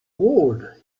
world